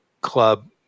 club